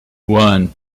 one